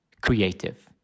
creative